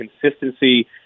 consistency